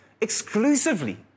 exclusively